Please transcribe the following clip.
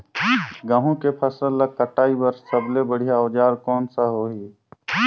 गहूं के फसल ला कटाई बार सबले बढ़िया औजार कोन सा होही?